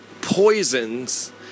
poisons